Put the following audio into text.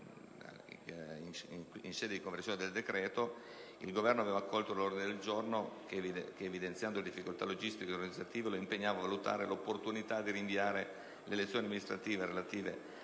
in sede di conversione del decreto-legge n. 39 del 2009, il Governo aveva accolto un ordine del giorno che, evidenziando le difficoltà logistiche ed organizzative, lo impegnava a valutare l'opportunità di rinviare le elezioni amministrative relative alla